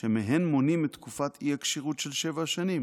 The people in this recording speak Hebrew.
שמהן מונים את תקופת האי-כשירות של שבע שנים